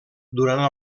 durant